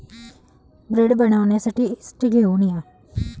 bread बनवण्यासाठी yeast घेऊन या